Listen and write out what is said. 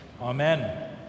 Amen